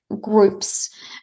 groups